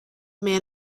man